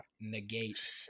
negate